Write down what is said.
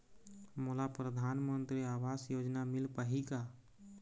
मोला परधानमंतरी आवास योजना मिल पाही का?